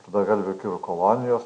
rudagalvių kirų kolonijos